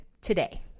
today